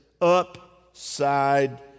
upside